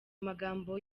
amagambo